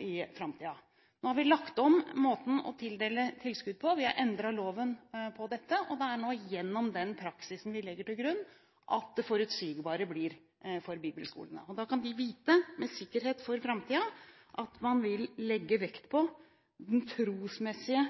i framtiden. Nå har vi lagt om måten å tildele tilskudd på – vi har endret loven på dette – og det blir nå gjennom den praksisen vi legger til grunn, forutsigbart for bibelskolene. Da kan de vite med sikkerhet for framtiden at man vil legge vekt på den trosmessige